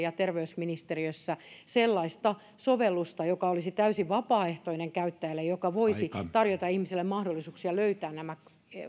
ja terveysministeriössä sellaista sovellusta joka olisi täysin vapaaehtoinen käyttäjälle ja joka voisi tarjota ihmisille mahdollisuuksia löytää nämä